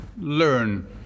learn